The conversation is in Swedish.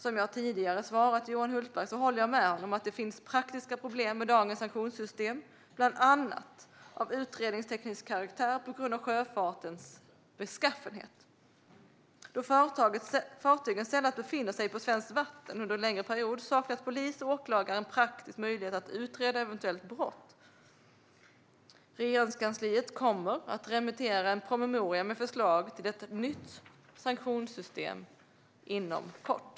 Som jag tidigare har svarat Johan Hultberg håller jag med honom om att det finns praktiska problem med dagens sanktionssystem, bland annat av utredningsteknisk karaktär, på grund av sjöfartens beskaffenhet. Då fartygen sällan befinner sig på svenskt vatten under en längre period saknar polis och åklagare en praktisk möjlighet att utreda eventuella brott. Regeringskansliet kommer att remittera en promemoria med förslag till ett nytt sanktionssystem inom kort.